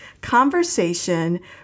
conversation